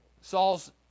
Saul's